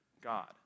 god